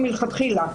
הירושה,